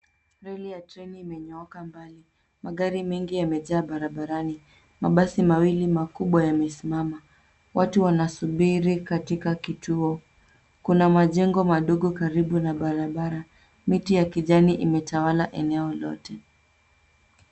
Reli ya treni imenyooka mbali. Magari mengi yamejaa barabarani . Mabasi mawili makubwa yamesimama. Watu wanasuburi katika kituo. Kuna majengo madogo karibu na barabara. Miti ya kijani imetawala eneo lote.